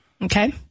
Okay